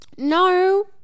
No